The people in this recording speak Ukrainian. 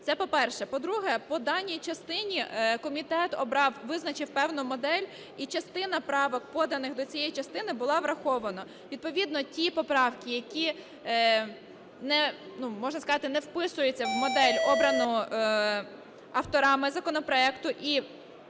Це по-перше. По-друге, по даній частині комітет обрав, визначив певну модель, і частина правок, поданих до цієї частини, була врахована. Відповідно ті поправки, які не, ну, можна сказати, не вписуються в модель, обрану авторами законопроекту і